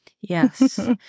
yes